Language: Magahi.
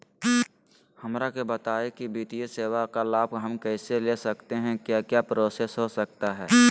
हमरा के बताइए की वित्तीय सेवा का लाभ हम कैसे ले सकते हैं क्या क्या प्रोसेस हो सकता है?